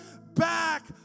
back